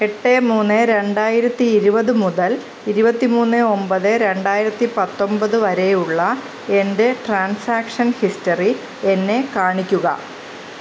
എട്ട് മൂന്ന് രണ്ടായിരത്തി ഇരുപത് മുതൽ ഇരുപത്തി മൂന്ന് ഒമ്പത് രണ്ടായിരത്തി പത്തൊമ്പത് വരെ ഉള്ള എൻ്റെ ട്രാൻസാക്ഷൻ ഹിസ്റ്ററി എന്നെ കാണിക്കുക